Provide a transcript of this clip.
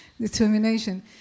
determination